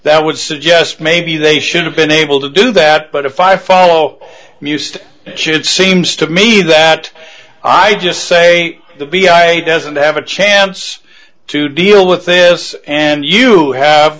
that would suggest maybe they should've been able to do that but if i follow mused it should seems to me that i just say the b i a doesn't have a chance to deal with this and you have